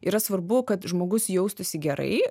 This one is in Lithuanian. yra svarbu kad žmogus jaustųsi gerai